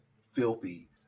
filthy